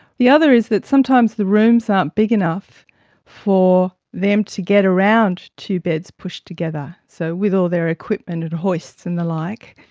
the other is that sometimes the rooms aren't big enough for them to get around two beds pushed together, so with all their equipment and hoists and the like.